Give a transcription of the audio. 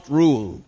rule